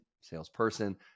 salesperson